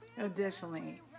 Additionally